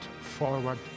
forward